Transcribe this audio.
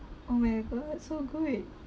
oh my god so good